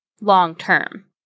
long-term